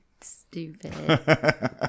Stupid